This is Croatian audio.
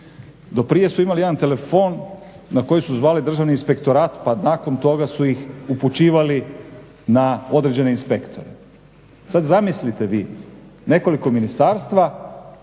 Do prije su imali jedan telefon na koji su zvali Državni inspektorat pa nakon toga su ih upućivali na određene inspektore. Sad zamislite vi nekoliko ministarstva